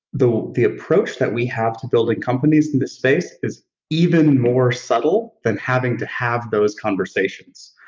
the the approach that we have to building companies in this space is even more subtle than having to have those conversations.